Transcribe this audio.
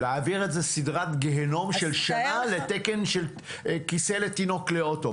להעביר את זה סדרת גיהינום של שנה לתקן של כיסא לתינוק באוטו?